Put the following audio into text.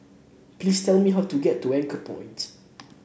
please tell me how to get to Anchorpoint